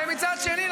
ומצד שני,